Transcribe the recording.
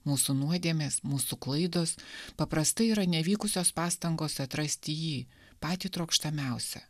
mūsų nuodėmės mūsų klaidos paprastai yra nevykusios pastangos atrasti jį patį trokštamiausią